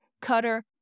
cutter